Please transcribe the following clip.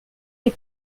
les